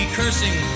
cursing